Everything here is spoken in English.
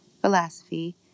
philosophy